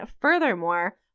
furthermore